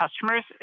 customer's